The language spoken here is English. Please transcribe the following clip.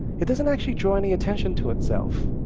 it doesn't actually draw any attention to itself,